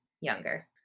younger